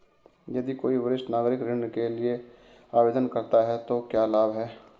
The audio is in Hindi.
यदि कोई वरिष्ठ नागरिक ऋण के लिए आवेदन करता है तो क्या लाभ हैं?